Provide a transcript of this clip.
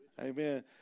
Amen